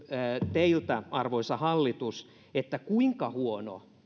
teiltä arvoisa hallitus kuinka huono